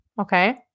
Okay